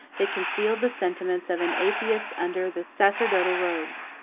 they concealed the sentiments of an atheist under the sacerdotal robes.